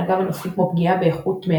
ונגעה בנושאים כמו פגיעה באיכות מי